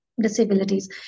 disabilities